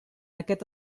aquest